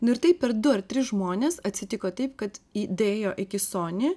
nu ir taip per du ar tris žmones atsitiko taip kad į daėjo iki sony